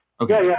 Okay